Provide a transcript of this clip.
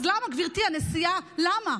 אז למה, גברתי הנשיאה, למה?